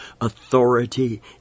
authority